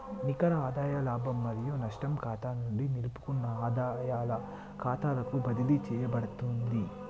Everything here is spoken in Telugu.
నికర ఆదాయ లాభం మరియు నష్టం ఖాతా నుండి నిలుపుకున్న ఆదాయాల ఖాతాకు బదిలీ చేయబడతాంది